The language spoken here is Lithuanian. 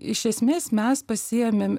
iš esmės mes pasiėmėm